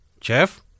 Jeff